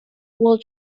will